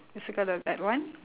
circle the bad one